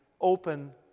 open